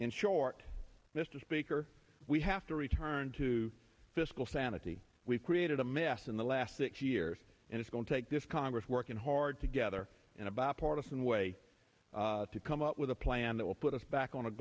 in short mr speaker we have to return to fiscal sanity we've created a mess in the last six years and it's going to take this congress working hard together in a bipartisan way to come up with a plan that will put us back on a